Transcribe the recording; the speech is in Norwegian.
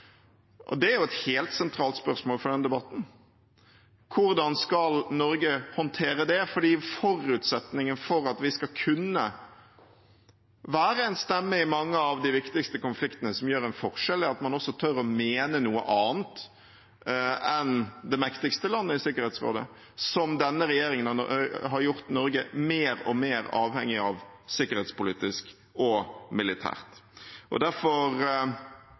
Det er jo et helt sentralt spørsmål for denne debatten – hvordan skal Norge håndtere det? For forutsetningen for at vi skal kunne være en stemme som utgjør en forskjell i mange av de viktigste konfliktene, er at man også tør å mene noe annet enn det mektigste landet i Sikkerhetsrådet, som denne regjeringen har gjort Norge mer og mer avhengig av sikkerhetspolitisk og militært. Derfor